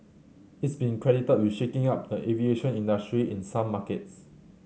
it's been credited with shaking up the aviation industry in some markets